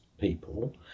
people